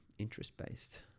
interest-based